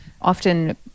often